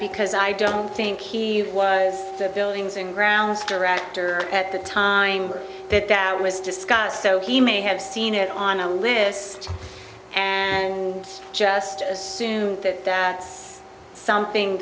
because i don't think he was the buildings and grounds director at the time that that was discussed so he may have seen it on a list and just assume that that it's something